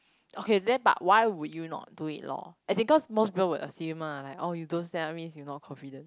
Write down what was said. okay then but why would you not do it loh as in because most people would assume lah like oh you don't stand up means you not confident